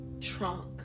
trunk